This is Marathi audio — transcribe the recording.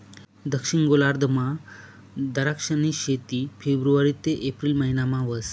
दक्षिण गोलार्धमा दराक्षनी शेती फेब्रुवारी ते एप्रिल महिनामा व्हस